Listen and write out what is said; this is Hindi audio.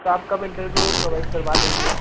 तो आप कब इंटरव्यू प्रोवाइड करवा देंगे